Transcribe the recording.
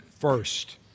first